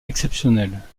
exceptionnelles